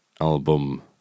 album